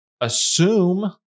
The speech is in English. assume